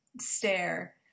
stare